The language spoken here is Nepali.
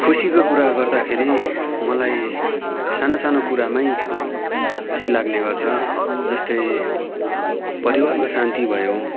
खुसीको कुरा गर्दाखेरि मलाई साना सानो कुरामै खुसी लाग्ने गर्छ जस्तै परिवारमा शान्ति भयो